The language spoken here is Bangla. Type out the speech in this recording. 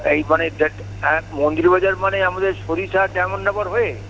এই মানে যেট অ্যা মন্দিরবাজার মানে আমাদের সরিশা ডায়মন্ড হারবার হয়ে